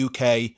UK